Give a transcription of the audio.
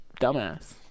dumbass